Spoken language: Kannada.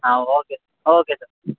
ಹಾಂ ಓಕೆ ಓಕೆ ಸರ್